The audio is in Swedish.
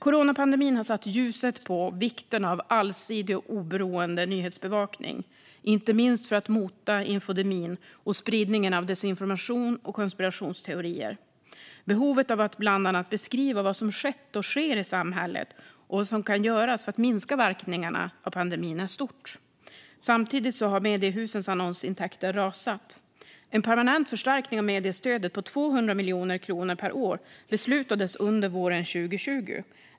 Coronapandemin har satt ljuset på vikten av allsidig och oberoende nyhetsbevakning, inte minst för att mota infodemin och spridningen av desinformation och konspirationsteorier. Behovet av att bland annat beskriva vad som skett och sker i samhället och vad som kan göras för att minska verkningarna av pandemin är stort. Samtidigt har mediehusens annonsintäkter rasat. En permanent förstärkning av mediestödet på 200 miljoner kronor per år beslutades under våren 2020.